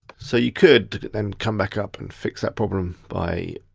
so you could then come back up and fix that problem by